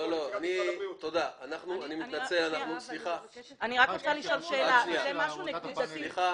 אני רק רוצה לשאול שאלה: זה משהו נקודתי,